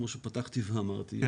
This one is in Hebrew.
כמו שפתחתי ואמרתי,